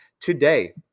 today